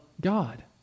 God